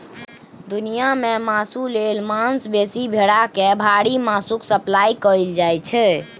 दुनियाँ मे मासु लेल सबसँ बेसी भेड़ा केँ मारि मासुक सप्लाई कएल जाइ छै